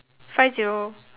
five zero